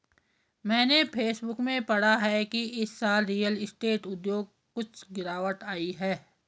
मैंने फेसबुक में पढ़ा की इस साल रियल स्टेट उद्योग कुछ गिरावट आई है